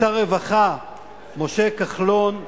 לשר הרווחה משה כחלון,